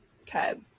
Okay